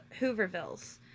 Hoovervilles